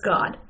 God